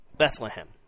Bethlehem